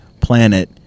planet